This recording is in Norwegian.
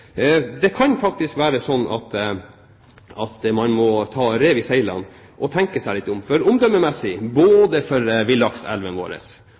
Det kan faktisk være sånn at man må ta rev i seilene og tenke seg litt om, for omdømmemessig